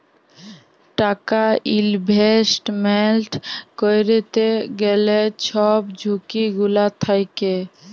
টাকা ইলভেস্টমেল্ট ক্যইরতে গ্যালে ছব ঝুঁকি গুলা থ্যাকে